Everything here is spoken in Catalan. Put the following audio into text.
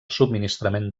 subministrament